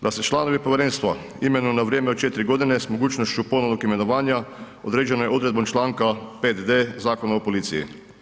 Da se članovi povjerenstva imenuju na vrijeme od 4 g. s mogućnošću ponovno imenovanja, određeno je odredbom čl. 5. d. Zakona o policiji.